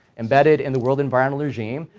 embedded in the world environmental regime,